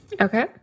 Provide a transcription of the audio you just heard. Okay